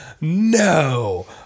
No